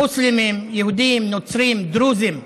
מוסלמים, יהודים, נוצרים, דרוזים.